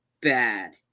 bad